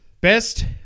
Best